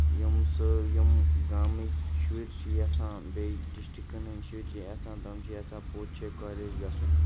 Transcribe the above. یِم سٲ یِم گامٕکۍ شُرۍ چھِ یَژھان بیٚیہِ ڈِسٹرکَن ہِندۍ شُرۍ چھِ یَژھان تِم چھِ یَژھان پوٚت شیے کالج گژھُن